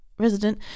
Resident